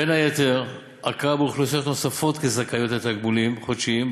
בין היתר: הכרה באוכלוסיות נוספות כזכאיות לתגמולים חודשיים,